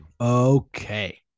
Okay